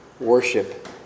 worship